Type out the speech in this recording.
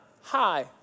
Hi